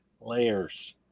layers